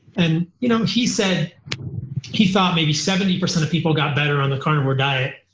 and you know he said he thought maybe seventy percent of people got better on the carnivore diet.